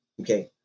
Okay